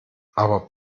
aber